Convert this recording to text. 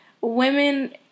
women